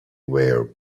were